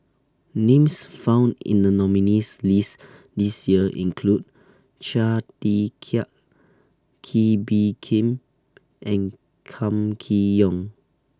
Names found in The nominees list This Year include Chia Tee Chiak Kee Bee Khim and Kam Kee Yong